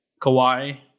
Kawhi